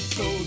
go